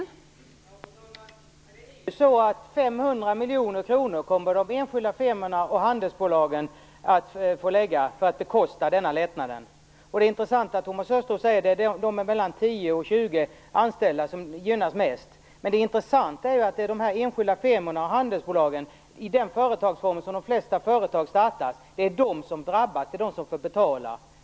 Fru talman! 500 miljoner kronor kommer enskilda firmor och handelsbolag att få erlägga för att bekosta denna lättnad. Det är intressant att höra, som Thomas Östros säger, att det är företag med 10-50 anställda som gynnas mest. Det verkligt intressanta är att det är de här enskilda firmorna och handelsbolagen - dvs. de företagsformer som de flesta startar med - som drabbas och får betala.